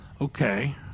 Okay